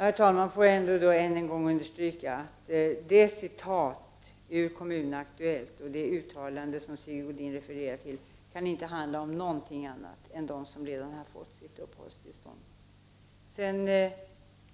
Herr talman! Får jag understryka att det uttalande i Kommun-Aktuellt som Sigge Godin refererade till inte kan handla om några andra än dem som redan har fått ett uppehållstillstånd. Det